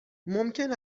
ممکن